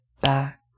back